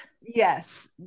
Yes